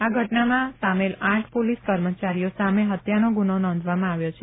આ ઘટનામાં સામેલ આઠ પોલીસ કર્મચારીઓ સામે હત્યાનો ગુનો નોંધવામાં આવ્યો છે